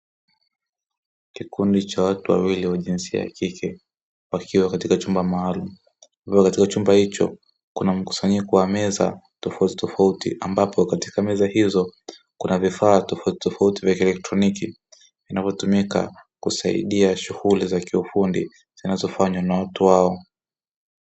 Kikundi cha watu wawili wa jinsia ya kike, wakiwa katika chumba maalumu. Ambapo katika chumba hicho, kuna mkusanyiko wa meza tofautitofauti. Ambapo katika meza hizo, kuna vifaa tofautitofauti vya kieletroniki vinavyotumika kusaidia shughuli za kiufundi zinazofanywa na watu hao.